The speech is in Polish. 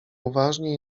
uważnie